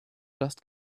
just